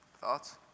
Thoughts